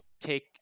take